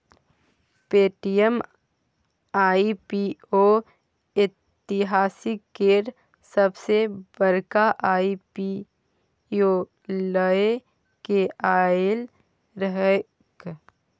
Paytm IPO इतिहास केर सबसॅ बड़का आई.पी.ओ लए केँ आएल रहैक